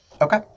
Okay